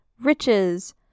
riches